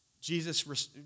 Jesus